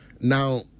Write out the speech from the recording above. now